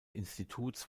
instituts